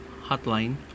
Hotline